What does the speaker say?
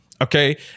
okay